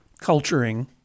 culturing